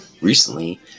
Recently